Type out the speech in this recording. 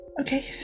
Okay